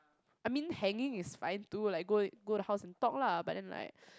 I mean hanging is I do like go go to house talk lah but then like